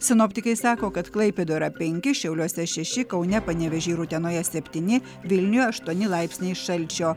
sinoptikai sako kad klaipėdoje yra penki šiauliuose šeši kaune panevėžyje ir utenoje septyni vilniuje aštuoni laipsniai šalčio